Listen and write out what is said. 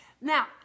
Now